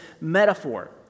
metaphor